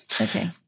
Okay